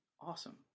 awesome